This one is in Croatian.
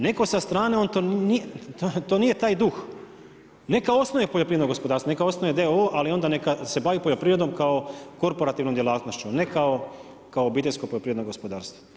Netko sa strane, to nije taj duh, neka osnuje poljoprivredno gospodarstvo, neka osnuje d.o.o. ali onda neka se bavi poljoprivredom kao korporativnom djelatnošću, ne kao obiteljsko poljoprivredno gospodarstvo.